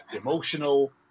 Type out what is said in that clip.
emotional